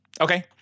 Okay